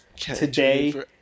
today